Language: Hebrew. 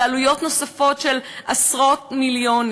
זה עלויות נוספות של עשרות מיליונים.